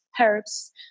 herbs